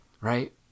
right